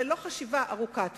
ולא חשיבה ארוכת טווח.